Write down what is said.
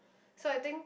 so I think